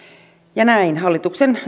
ja näin hallituksen